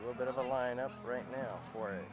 little bit of a line up right now for